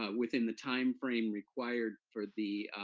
ah within the time frame required for the